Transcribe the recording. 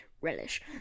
relish